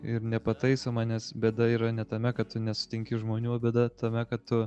ir nepataisomą nes bėda yra ne tame kad tu nesutinki žmonių o bėda tame kad tu